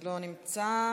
לא נמצא,